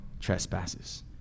trespasses